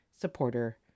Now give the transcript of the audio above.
supporter